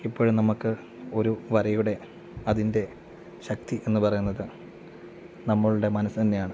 എപ്പോഴും നമുക്ക് ഒരു വരയുടെ അതിൻ്റെ ശക്തി എന്ന് പറയുന്നത് നമ്മുടെ മനസ്സ് തന്നെയാണ്